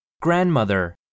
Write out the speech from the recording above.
Grandmother